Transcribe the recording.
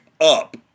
up